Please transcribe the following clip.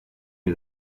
you